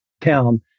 town